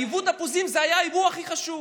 יבוא התפוזים זה היה היבוא הכי חשוב.